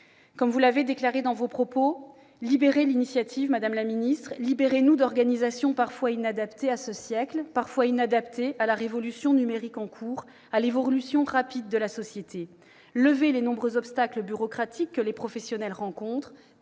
comme vous l'avez déclaré dans vos propos, libérez l'initiative ! Libérez-nous d'organisations parfois inadaptées à ce siècle, parfois inadaptées à la révolution numérique en cours, à l'évolution rapide de la société ! Levez les nombreux obstacles bureaucratiques que les professionnels rencontrent.